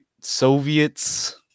soviets